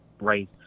race